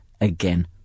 again